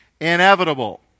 inevitable